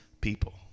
people